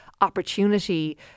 opportunity